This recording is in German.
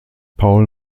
paul